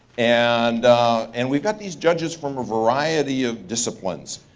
and and we've got these judges from a variety of disciplines.